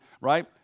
right